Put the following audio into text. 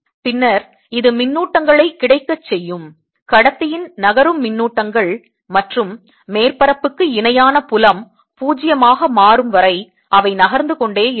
பின்னர் இது மின்னூட்டங்களை கிடைக்கச் செய்யும் கடத்தியின் நகரும் மின்னூட்டங்கள் மற்றும் மேற்பரப்புக்கு இணையான புலம் 0 ஆக மாறும் வரை அவை நகர்ந்து கொண்டே இருக்கும்